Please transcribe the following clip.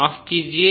माफ़ कीजिए